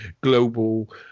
global